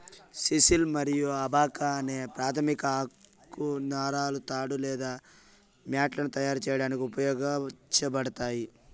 sisal మరియు abaca అనే ప్రాధమిక ఆకు నారలు తాడు లేదా మ్యాట్లను తయారు చేయడానికి ఉపయోగించబడతాయి